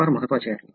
ते फार महत्वाचे आहे